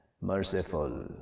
merciful